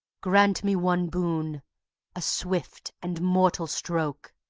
grant me one boon a swift and mortal stroke,